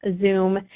Zoom